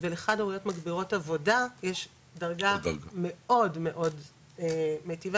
ולחד-הוריות מגבירות עבודה יש דרגה מאוד מאוד מטיבה,